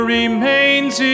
remains